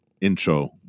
intro